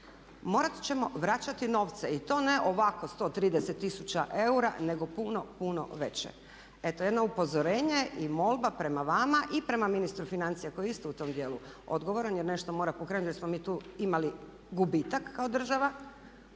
morat ćemo vraćati novce. I to ne ovako 130 tisuća eura nego puno, puno veće. Eto, jedno upozorenje i molba prema vama i prema ministru financija koji je isto u tom dijelu odgovoran jer nešto mora pokrenuti jer smo mi tu imali gubitak kao država